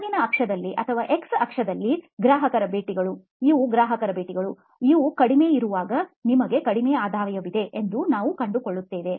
ಕೆಳಗಿನ ಅಕ್ಷದಲ್ಲಿ ಅಥವಾ ಎಕ್ಸ್ ಅಕ್ಷದಲ್ಲಿ ಗ್ರಾಹಕರ ಭೇಟಿಗಳು ಇವು ಗ್ರಾಹಕರ ಭೇಟಿಗಳು ಅವು ಕಡಿಮೆ ಇರುವಾಗ ನಿಮಗೆ ಕಡಿಮೆ ಆದಾಯವಿದೆ ಎಂದು ನೀವು ಕಂಡುಕೊಳ್ಳುತ್ತೀರಿ